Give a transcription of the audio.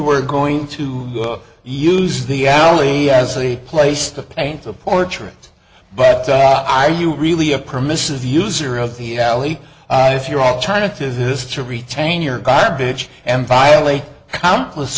were going to use the alley as a place to paint a portrait but i you really a permissive user of the alley if your alternative is to retain your garbage and violate countless